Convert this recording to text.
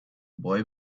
boy